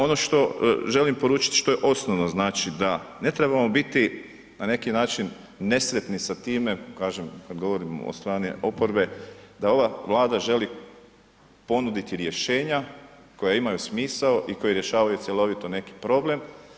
Ono što želim poručiti što je osnovno, znači da ne trebamo biti na neki način nesretni sa time, kažem kad govorimo od strane oporbe da ova Vlada želi ponuditi rješenja koja imaju smisao i koja rješavaju cjelovito neki problem.